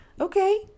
Okay